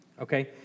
okay